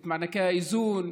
את מענקי האיזון,